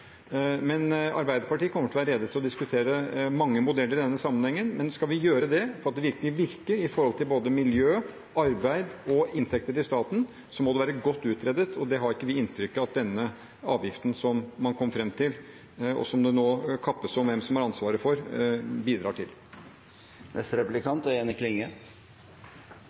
Men Arbeiderpartiet kommer til å være rede til å diskutere mange modeller i denne sammenhengen, men skal vi gjøre det slik at det virkelig virker, med tanke på både miljø, arbeid og inntekter til staten, må det være godt utredet, og det har ikke vi inntrykk av at denne avgiften som man kom fram til, og som det nå kappes om hvem som har ansvaret for, bidrar til.